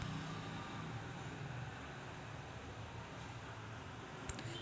पाण्याचे बाष्पीभवन होऊन पाऊस पृथ्वीवर पडतो